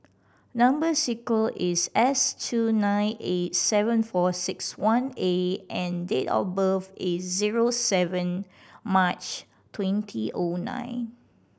number sequence is S two nine eight seven four six one A and date of birth is zero seven March twenty O nine